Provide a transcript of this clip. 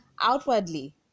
outwardly